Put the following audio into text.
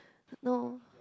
no